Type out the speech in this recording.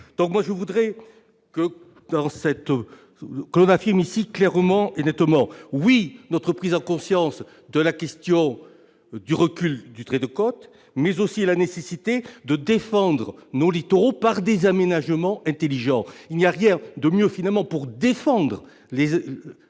Je voudrais que nous affirmions ici, clairement et nettement, notre prise de conscience de la question du recul du trait de côte, mais aussi la nécessité de défendre nos littoraux par des aménagements intelligents. Il n'y a rien de mieux, en définitive, pour défendre nos